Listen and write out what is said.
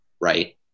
right